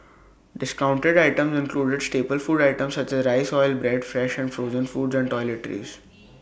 discounted items included staple food items such as rice oil bread fresh and frozen foods and toiletries